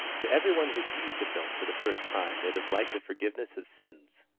to every one who sees the film for the first time it is like the forgiveness of sins.